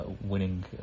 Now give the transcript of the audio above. winning